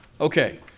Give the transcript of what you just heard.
Okay